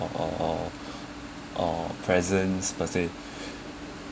or or or or presence per se